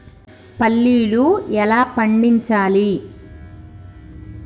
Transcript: పల్లీలు ఎలా పండించాలి?